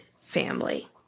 family